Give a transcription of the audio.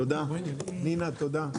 הישיבה ננעלה בשעה 15:30.